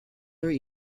are